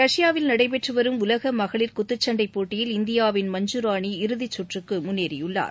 ரஷ்பாவில் நடைபெற்று வரும் உலக மகளிர் குத்துக் சண்டை போட்டிகளில் இந்தியாவின் மஞ்சு ராணி இறுதிச் சுற்றுக்கு முன்னேறியுள்ளார்